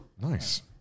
Nice